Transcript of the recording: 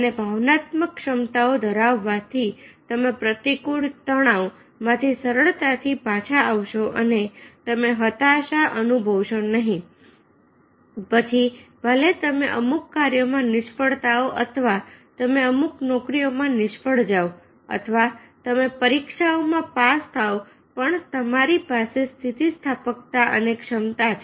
અને ભાવનાત્મક ક્ષમતાઓ ધરાવવાથી તમે પ્રતિકૂળ તણાવ માંથી સરળતાથી પાછા આવશો અને તમે હતાશ અનુભવશો નહીં પછી ભલે તમે અમુક કાર્યમાં નિષ્ફળતાઓ અથવા તમે અમુક નોકરીઓમાં નિષ્ફળ જાવ અથવા તમે પરીક્ષાઓમાં પાસ થાઓ પણ તમારી પાસે સ્થિતિસ્થાપકતા અને ક્ષમતા છે